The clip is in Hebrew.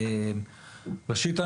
ראשית,